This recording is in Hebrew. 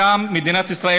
לשם מדינת ישראל